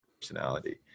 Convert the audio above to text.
Personality